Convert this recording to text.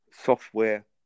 software